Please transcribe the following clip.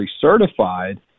certified